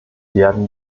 werden